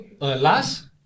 Last